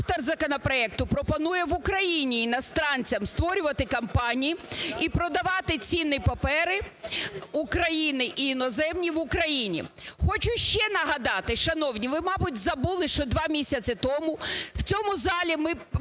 автор законопроекту пропонує в Україні іностранцям створювати компанії і продавати цінні папери України і іноземні в Україні. Хочу ще нагадати, шановні, ви мабуть забули, що два місяці тому в цьому залі ми…